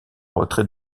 retrait